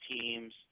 teams